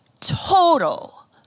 total